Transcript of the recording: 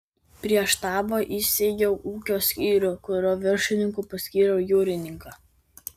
prie štabo įsteigiau ūkio skyrių kurio viršininku paskyriau jūrininką